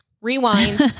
rewind